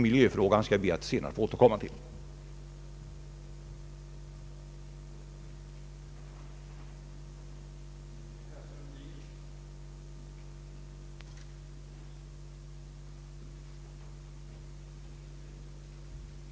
Miljöfrågan skall jag be att få återkomma till senare.